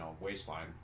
waistline